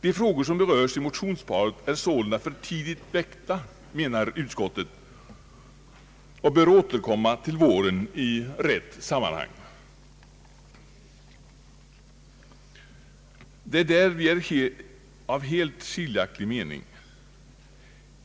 De frågor som berörs i motionerna är således för tidigt väckta, anser utskottet, och bör återkomma till våren i rätt sammanhang. Där är vi av helt skiljaktig mening.